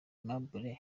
aimable